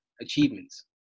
achievements